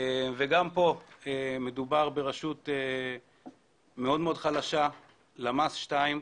גם כאן מדובר ברשות מאוד מאוד חלשה, למ"ס 2,